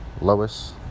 Lois